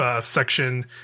section